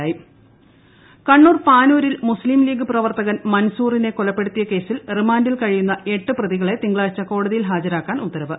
ഉത്തരവ് കണ്ണൂർ കണ്ണൂർ പാനൂരിൽ മുസ്ലീംലീഗ് പ്രവർത്തകൻ മൻസൂറിനെ കൊലപ്പെടുത്തിയ കേസൽ റിമാൻഡിൽ കഴിയുന്ന എട്ട് പ്രതികളെ തിങ്കളാഴ്ച കോടതിയിൽ ഹാജരാക്കാൻ ഉത്തരവ്